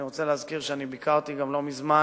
אני רוצה להזכיר שאני ביקרתי לא מזמן